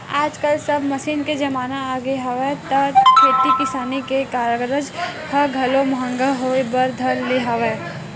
आजकल सब मसीन के जमाना आगे हवय त खेती किसानी के कारज ह घलो महंगा होय बर धर ले हवय